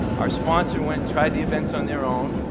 our sponsor went and tried the events on their own.